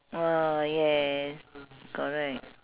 ah yes correct